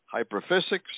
hyperphysics